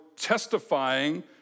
testifying